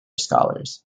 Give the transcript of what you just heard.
scholars